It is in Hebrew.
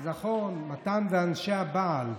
אז נכון, מתן זה אנשי הבעל.